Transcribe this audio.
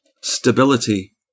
stability